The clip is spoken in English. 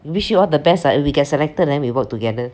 wish you all the best that we get selected then we work together